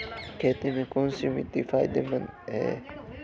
खेती में कौनसी मिट्टी फायदेमंद है?